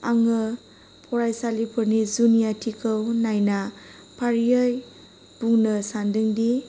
आङो फरायसालिफोरनि जुनियाथिखौ होननायना फारियै बुंनो सानदोंदि